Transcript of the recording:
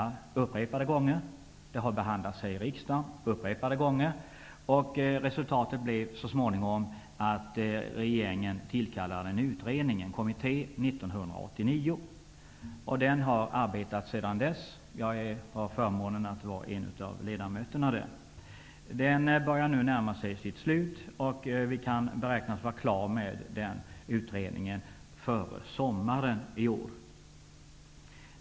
De har upprepade gånger behandlats här i riksdagen. Resultatet blev så småningom att regeringen tillsatte en kommitté 1989. Den har arbetat sedan dess. Jag har förmånen att vara en av ledamöterna i kommittén. Arbetet börjar nu närma sig sitt slut. Vi kan beräknas vara klara med utredningen före sommaren i år.